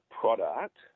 product